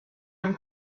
and